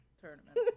tournament